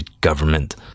government